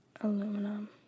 Aluminum